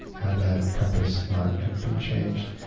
had that compass not have been changed.